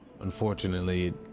unfortunately